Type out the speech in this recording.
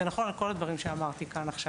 זה נכון לכל הדברים שאמרתי כאן עכשיו.